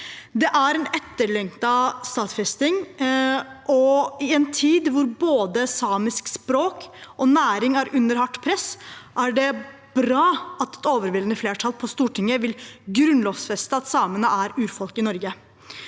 Det er en etterlengtet stadfesting. I en tid hvor både samisk språk og næring er under hardt press, er det bra at et overveldende flertall på Stortinget vil grunnlovfeste at samene er et urfolk i Norge.